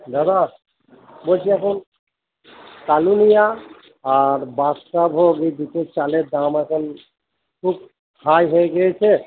দাদা বলছি এখন কালোনুনিয়া আর বাদশাহভোগ এই দুটো চালের দাম এখন খুব হাই হয়ে গিয়েছে